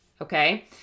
okay